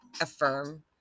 affirm